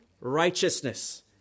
Righteousness